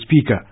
speaker